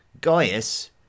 Gaius